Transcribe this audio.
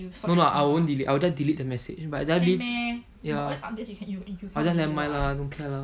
no no I won't delete I will just delete the message actually never mind lah don't care